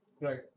Right